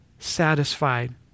satisfied